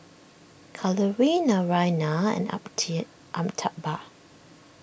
Kalluri Naraina and Amit Amitabh